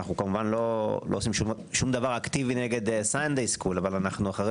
אנחנו לא עושים שום דבר אקטיבי נגד סאנדיי סקול אבל אחרי